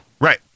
Right